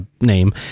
name